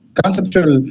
conceptual